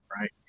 right